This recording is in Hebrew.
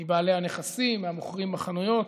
מבעלי הנכסים, מהמוכרים בחנויות,